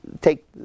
take